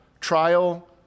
trial